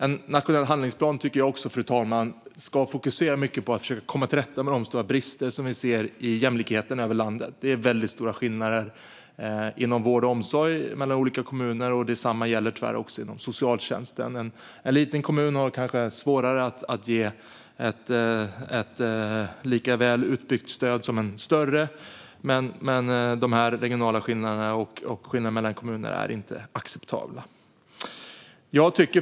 En nationell handlingsplan tycker jag också, fru talman, ska fokusera mycket på att komma till rätta med de stora brister som vi ser i jämlikheten över landet. Det är väldigt stora skillnader inom vård och omsorg mellan olika kommuner, och detsamma gäller tyvärr också inom socialtjänsten. En liten kommun har kanske svårare att ge ett lika väl utbyggt stöd som en större, och de regionala skillnaderna och skillnaderna mellan kommuner är inte acceptabla. Fru talman!